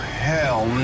hell